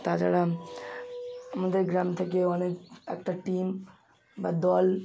তাছাড়া আমাদের গ্রাম থেকে অনেক একটা টিম বা দল